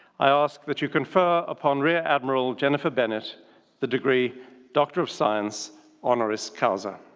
i ask that you confer upon rear admiral jennifer bennett the degree doctor of science honoris causa.